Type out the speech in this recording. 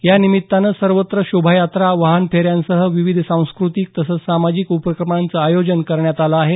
या निमित्तानं सर्वत्र शोभायात्रा वाहन फेऱ्यांसह विविध सांस्कृतिक तसंच सामाजिक उपक्रमांचं आयोजन करण्यात आलं आहे